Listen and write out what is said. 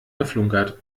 geflunkert